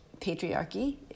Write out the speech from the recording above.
patriarchy